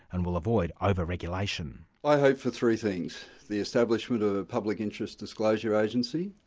and will avoid over-regulation. i hope for three things. the establishment of a public interest disclosure agency,